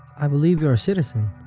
i believe you're a citizen.